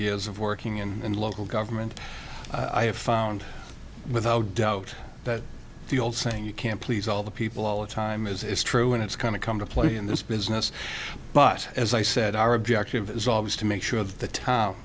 years of working in local government i have found without doubt that the old saying you can't please all the people all the time as is true and it's kind of come to play in this business but as i said our objective is always to make sure of the t